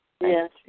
Yes